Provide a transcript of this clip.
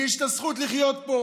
לי יש זכות לחיות פה.